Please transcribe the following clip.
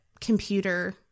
computer